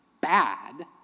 bad